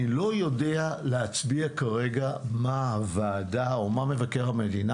אני לא יודע להצביע כרגע מה הוועדה או מה מבקר המדינה